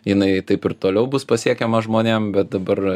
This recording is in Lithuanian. jinai taip ir toliau bus pasiekiama žmonėm bet dabar